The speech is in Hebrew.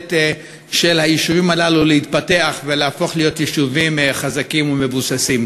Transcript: ביכולת של היישובים הללו להתפתח ולהפוך להיות יישובים חזקים ומבוססים.